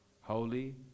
holy